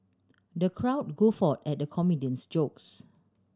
the crowd guffaw at the comedian's jokes